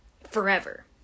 forever